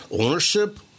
ownership